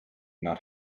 not